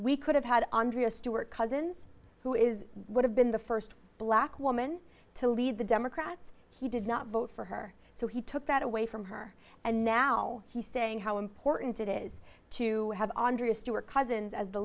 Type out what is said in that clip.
we could have had andrea stuart cousins who is would have been the first black woman to lead the democrats he did not vote for her so he took that away from her and now he's saying how important it is to have andrius to our cousins as the